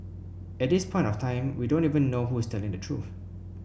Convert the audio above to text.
at this point of time we don't even know who's telling the truth